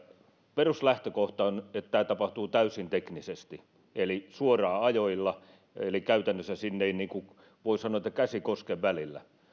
peruslähtökohta on että tämä tapahtuu täysin teknisesti eli suoraan ajoilla eli käytännössä sinne voi sanoa ei käsi koske välillä